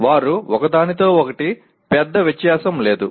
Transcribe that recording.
వారు ఒకదానితో ఒకటి పెద్ద వ్యత్యాసం లేదు